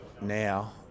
now